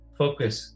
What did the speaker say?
focus